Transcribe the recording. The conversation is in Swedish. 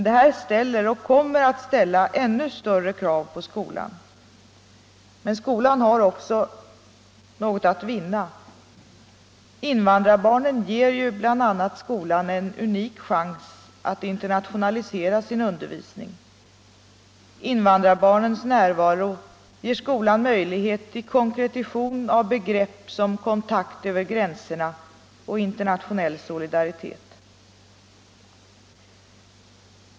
Detta ställer och kommer att ställa än större krav på skolan. Men skolan har också något att vinna. Invandrarbarnen ger bl.a. skolan en unik chans att internationalisera sin undervisning. Invandrarbarnens närvaro ger skolan möjlighet till konkretion av begrepp som kontakt över gränserna och internationell solidaritet.